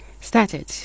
started